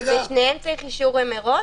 בשניהם צריך אישור מראש,